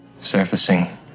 surfacing